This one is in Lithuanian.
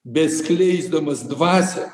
bet skleisdamas dvasią